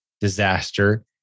Disaster